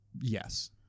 Yes